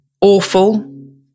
awful